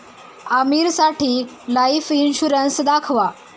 आमीरसाठी life insurance दाखवा